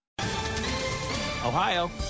Ohio